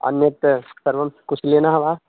अन्यत् सर्वं कुशलिनः वा